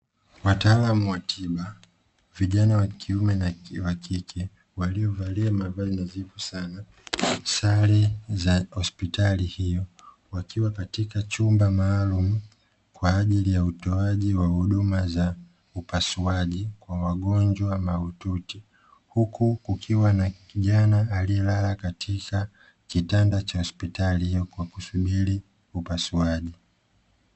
Wataalamu wa tiba vijana wa kiume na wa kike waliovalia mavazi nadhifu sana sare za hospitali hiyo, wakiwa katika chumba maalumu kwa ajili ya utoaji wa huduma za upasuaji wa wagonjwa mahututi. Huku kukiwa na kijana aliyelala katika kitanda cha hospitali hiyo kwa kusubiri upasuaji.